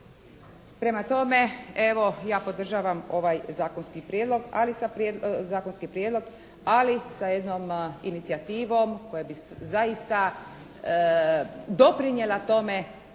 Prema tome, evo, ja podržavam ovaj zakonski prijedlog, ali sa jednom inicijativom koja bi zaista doprinijela tome